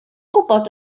gwybod